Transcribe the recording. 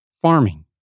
farming